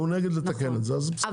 הוא נגד לתקן את זה, אז בסדר.